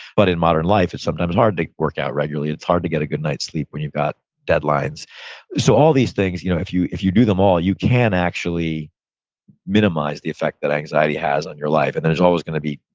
but in modern life, it's sometimes hard to work out regularly, it's hard to get a good night's sleep when you've got deadlines so all these things, you know if you if you do them all, you can actually minimize the effect that anxiety has on your life. and there's always going to be,